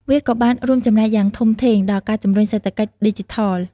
វាក៏បានរួមចំណែកយ៉ាងធំធេងដល់ការជំរុញសេដ្ឋកិច្ចឌីជីថល។